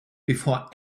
before